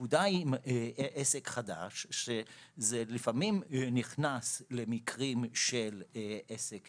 הנקודה היא לגבי עסק חדש שלפעמים נכנס למקרים של עסק